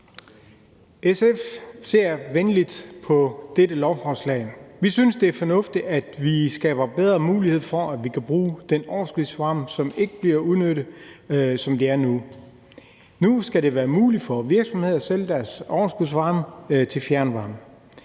SF ser venligt på dette lovforslag. Vi synes, det er fornuftigt, at vi skaber bedre mulighed for, at vi kan bruge den overskudsvarme, som ikke bliver udnyttet, som det er nu. Nu skal det være muligt for virksomheder at sælge deres overskudsvarme til fjernvarme.